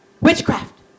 witchcraft